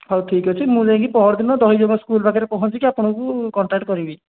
ହଉ ଠିକ୍ ଅଛି ମୁଁ ଯାଇ କି ପହରଦିନ ଦହିଜମା ସ୍କୁଲ୍ ପାଖରେ ପହଞ୍ଚି କି ଆପଣଙ୍କୁ କଣ୍ଟାକ୍ଟ୍ କରିବି